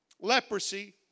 Leprosy